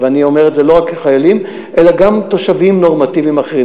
ואני אומר את זה לא רק על חיילים אלא גם תושבים נורמטיביים אחרים.